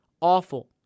Awful